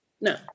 no